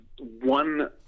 one